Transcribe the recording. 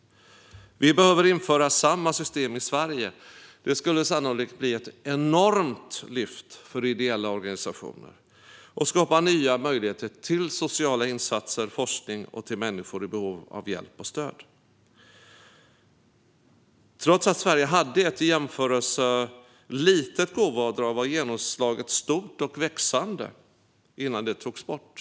Vi behöver införa samma system i Sverige. Det skulle sannolikt innebära ett enormt lyft för ideella organisationer och skapa nya möjligheter till sociala insatser och forskning och till människor i behov av hjälp och stöd. Trots att Sverige hade ett i jämförelse litet gåvoavdrag var genomslaget stort och växande innan avdraget togs bort.